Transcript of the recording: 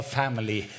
family